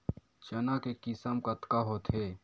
चना के किसम कतका होथे?